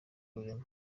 rurema